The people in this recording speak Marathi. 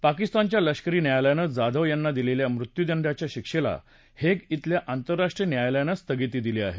पाकिस्तानच्या लष्करी न्यायालयानं जाधव यांना दिलेल्या मृत्यूदंडाच्या शिक्षेला हेग शिल्या आंतर्राष्ट्रीय न्यायालयानं स्थगिती दिली आहे